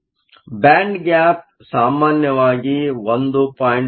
ಆದ್ದರಿಂದ band gap ಸಾಮಾನ್ಯವಾಗಿ 1